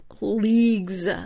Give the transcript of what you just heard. Leagues